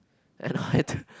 and I had to